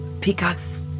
peacocks